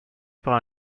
par